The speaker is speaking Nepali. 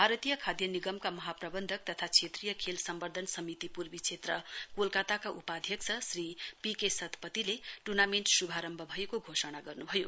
भारतीय खाध निगमका महा प्रवन्धक तथा श्रेत्रीय खेल मम्वध्दन समिति पूर्वी श्रेत्र कोलकाताका उपाध्यक्ष श्री पीके सतपतीले ट्र्नामेण्ट श्भारम्भ भएको घोषणा गर्नुभयो